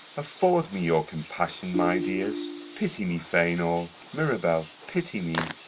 afford me your compassion, my dears pity me, fainall, mirabell, pity me.